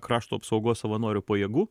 krašto apsaugos savanorių pajėgų